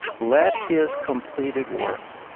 let his completed work,